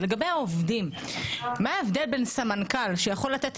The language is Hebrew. לגבי העובדים מה ההבדל בין סמנכ"ל שיכול לתת